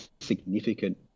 significant